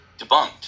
debunked